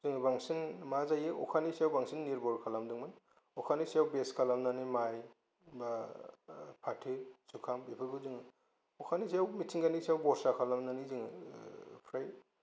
जोङो बांसिन मा जायो अखानि सायाव बांसिन निरबर खालामदोंमोन अखानि सायाव बेस खालामनानै माइ बा फाथो जुखाम बेफोरखौ जोङो अखानि सायाव मिथिंगानि सायाव बरसा खालामनानै जोङो फ्राय